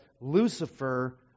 Lucifer